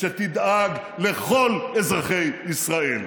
שתדאג לכל אזרחי ישראל.